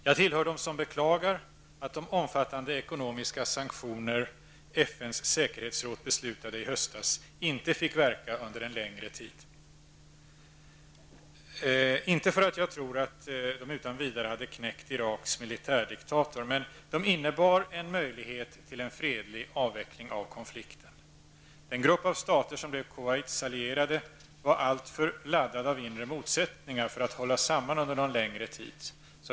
Jag är en av dem som beklagar att de omfattande ekonomiska sanktioner FNs säkerhetsråd beslutade i höstas inte fick verka under en längre tid. Inte för att jag tror att de utan vidare hade knäckt Iraks militärdiktator, men de innebar dock en möjlighet till en fredlig avveckling av konflikten. Den grupp av stater som blev Kuwaits allierade var dock alltför laddad av inre motsättnignar för att hålla samman under någon längre tid.